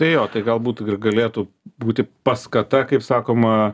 tai jo tai galbūt galėtų būti paskata kaip sakoma